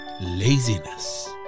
laziness